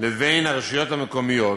לבין הרשויות המקומיות,